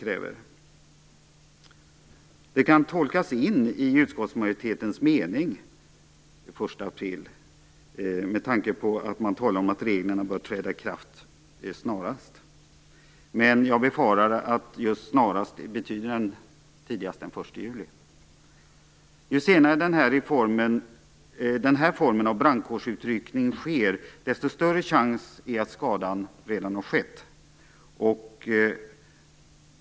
Den 1 april kan tolkas in i utskottsmajoritetens mening med tanke på att man talar om att reglerna bör träda i kraft "snarast". Men jag befarar att "snarast" betyder tidigast den 1 juli. Ju senare den här formen av brandkårsutryckning sker, desto större är risken att skadan redan har skett.